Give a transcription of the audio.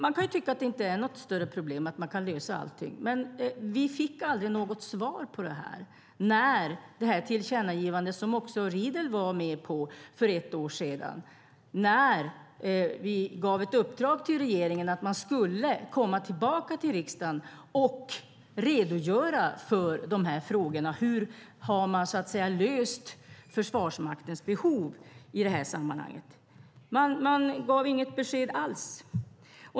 Man kan tycka att det inte är något större problem och att man kan lösa allting, men vi fick aldrig något svar på det här när vi för ett år sedan gav ett uppdrag till regeringen att komma tillbaka till riksdagen och redogöra för hur man löst Försvarsmaktens behov i det här sammanhanget. Man gav inget besked alls.